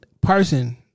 person